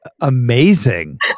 Amazing